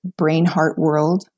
brainheartworld